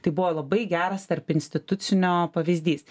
tai buvo labai geras tarpinstitucinio pavyzdys